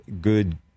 good